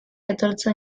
etortzen